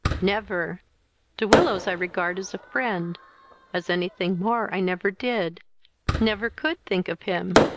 never de willows i regard as a friend as any thing more i never did never could think of him.